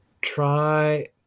try